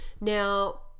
Now